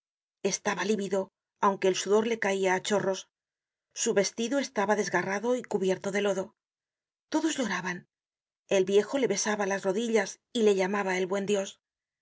estaba lívido aunque el sudor le caia á chorros su vestido estaba desgarrado y cubierto de lodo todos lloraban el viejo le besaba las rodillas y le llamaba el buen dios